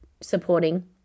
supporting